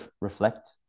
reflect